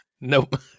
Nope